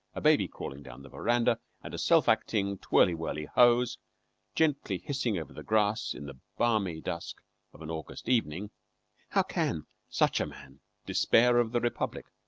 a baby crawling down the veranda, and a self-acting twirly-whirly hose gently hissing over the grass in the balmy dusk of an august evening how can such a man despair of the republic,